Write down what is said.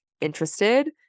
interested